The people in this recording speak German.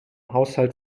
haushalt